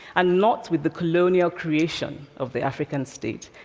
and not with the colonial creation of the african state,